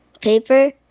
paper